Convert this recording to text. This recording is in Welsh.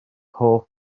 hoff